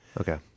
Okay